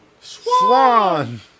Swan